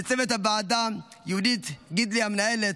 לצוות הוועדה: יהודית גידלי המנהלת,